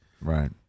right